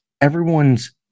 everyone's